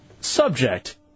Subject